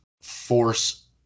force